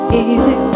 easy